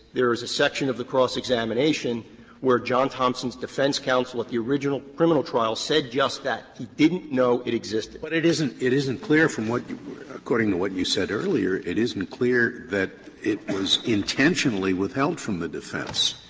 there is a section of the cross-examination cross-examination where john thompson's defense counsel at the original criminal trial said just that. he didn't know it existed. scalia but it isn't it isn't clear from what according to what you said earlier it isn't clear that it was intentionally withheld from the defense.